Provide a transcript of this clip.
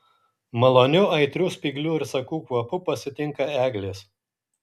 maloniu aitriu spyglių ir sakų kvapu pasitinka eglės